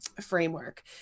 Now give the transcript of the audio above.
framework